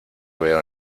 veo